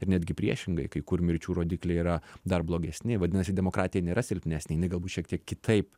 ir netgi priešingai kai kur mirčių rodikliai yra dar blogesni vadinasi demokratija nėra silpnesnė jinai galbūt šiek tiek kitaip